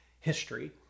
history